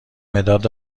مداد